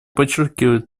подчеркивает